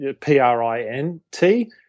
P-R-I-N-T